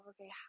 okay